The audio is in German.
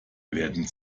werden